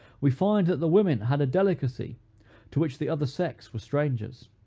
we find that the women had a delicacy to which the other sex were strangers.